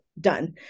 done